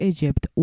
Egypt